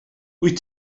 wyt